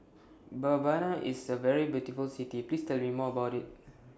Mbabana IS A very beautiful City Please Tell Me More about IT